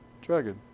dragon